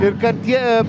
ir kad tie